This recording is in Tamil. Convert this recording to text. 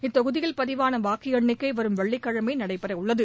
இத்தொகுதியில் பதிவான வாக்கு எண்ணிக்கை வரும் வெள்ளிக்கிழமை நடைபெற உள்ளது